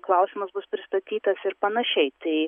klausimas bus pristatytas ir panašiai tai